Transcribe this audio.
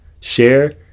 share